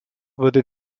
wurde